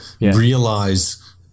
realize